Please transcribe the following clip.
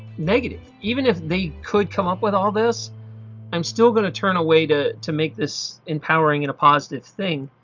negative even if they could come up with all this i'm still going to find a way to to make this empowering and a positive thing.